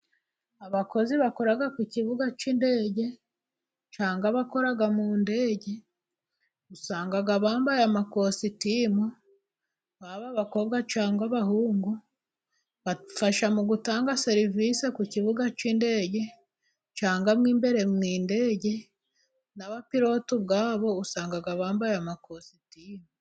Abakozi bakora ku kibuga cy'indege cyangwa bakora mu ndege, usanga bambaye amakositimu, baba abakobwa cyangwa abahungu, bafasha mu gutanga serivisi ku kibuga cy'indege cyagwa mo imbere mu ndege, n'abapiroti ubwabo usanga bambaye amakositimu.